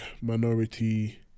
minority